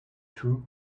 true